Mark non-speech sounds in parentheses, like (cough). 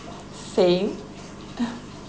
same (laughs)